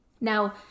Now